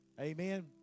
Amen